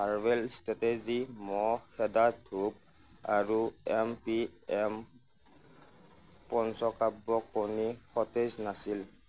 herbal strategy মহ খেদা ধুপ আৰু এম পি এম পঞ্চকাব্য কণী সতেজ নাছিল